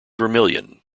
vermilion